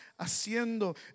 haciendo